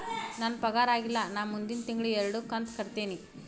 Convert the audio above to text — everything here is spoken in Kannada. ನನ್ನ ಪಗಾರ ಆಗಿಲ್ಲ ನಾ ಮುಂದಿನ ತಿಂಗಳ ಎರಡು ಕಂತ್ ಕಟ್ಟತೇನಿ